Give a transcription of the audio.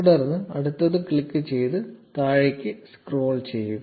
തുടർന്ന് അടുത്തത് ക്ലിക്ക് ചെയ്ത് താഴേക്ക് സ്ക്രോൾ ചെയ്യുക